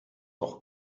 doch